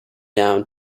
down